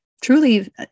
truly